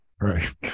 Right